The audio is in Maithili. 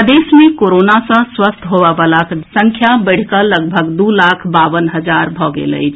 प्रदेश मे कोरोना सँ स्वस्थ होबए वलाक संख्या बढ़ि कऽ लगभग दू लाख बावन हजार भऽ गेल अछि